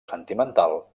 sentimental